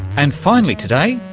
and finally today,